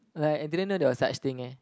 like I didn't know there was such thing eh